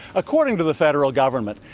according to the federal government,